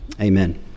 Amen